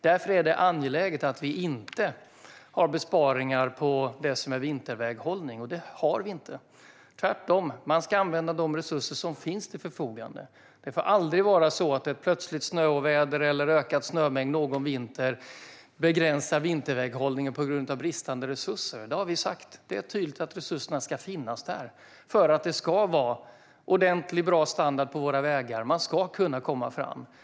Därför är det angeläget att vi inte har besparingar på det som är vinterväghållning, och det har vi inte - tvärtom. Man ska använda de resurser som finns till förfogande. Det får aldrig vara så att ett plötsligt snöoväder eller ökad snömängd någon vinter begränsar vinterväghållningen på grund av bristande resurser. Det har vi sagt. Det är tydligt att resurserna ska finnas där för att det ska vara bra standard på våra vägar. Man ska kunna komma fram.